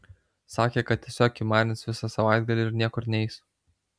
sakė kad tiesiog kimarins visą savaitgalį ir niekur neis